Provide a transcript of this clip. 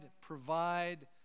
provide